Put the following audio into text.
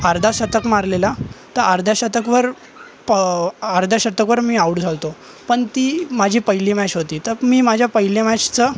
अर्धा शतक मारलेला तर अर्ध्या शतकवर प अर्ध्या शतकवर मी आउट झालतो पण ती माझी पहिली मॅच होती तर मी माझ्या पहिल्या मॅचचं